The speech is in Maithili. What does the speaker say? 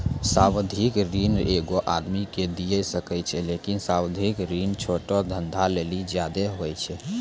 सावधिक ऋण एगो आदमी के दिये सकै छै लेकिन सावधिक ऋण छोटो धंधा लेली ज्यादे होय छै